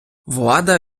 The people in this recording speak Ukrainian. влада